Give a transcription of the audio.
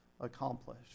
accomplish